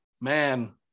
Man